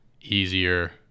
easier